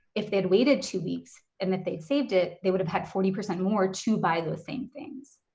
if they had waited two weeks and that they'd saved it, they would've had forty percent more to buy those same things.